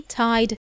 tied